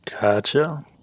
Gotcha